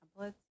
templates